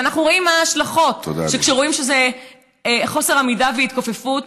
ואנחנו רואים מה ההשלכות: כשרואים חוסר עמידה והתכופפות,